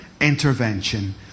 intervention